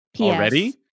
Already